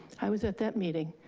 i was at that meeting,